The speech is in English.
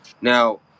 Now